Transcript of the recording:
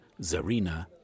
Zarina